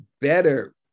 better